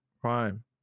prime